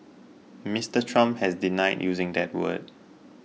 Mister Trump has denied using that word